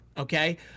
Okay